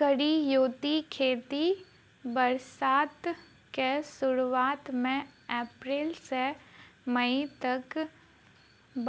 करियौती खेती बरसातक सुरुआत मे अप्रैल सँ मई तक